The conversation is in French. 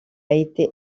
été